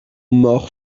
morts